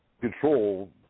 control